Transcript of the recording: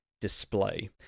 display